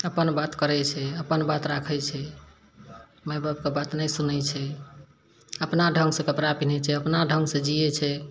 अपन बात करै छै अपन बात राखैत छै माय बाप कऽ बात नहि सुनैत छै अपना ढङ्गसँ कपड़ा पिनहैत छै अपना ढङ्गसँ जियैत छै